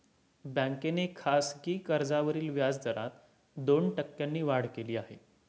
बँकेने खासगी कर्जावरील व्याजदरात दोन टक्क्यांनी वाढ केली आहे